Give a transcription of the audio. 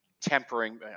tempering